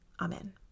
Amen